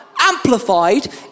amplified